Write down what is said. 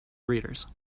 readers